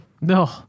No